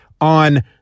on